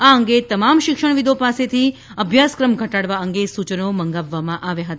આ અંગે તમામ શિક્ષણવિદો પાસેથી અભ્યાસક્રમ ઘટાડવા અંગે સુચનો મંગાવવામાં આવ્યા હતા